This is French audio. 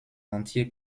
entier